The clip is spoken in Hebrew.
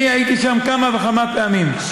אני הייתי שם כמה וכמה פעמים.